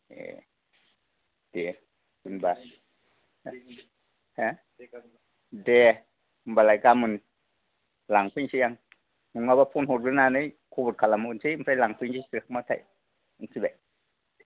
ए दे होनबा दे होनबालाय गाबोन लांफैनोसै आं नङाबा फन हरग्रोनानै खबर खालामहरनोसै ओमफ्राय लांफैनोसै सेरखांबाथाय मिथिबाय